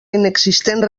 inexistent